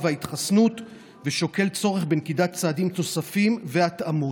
וההתחסנות ושוקל צורך בנקיטת צעדים נוספים והתאמות.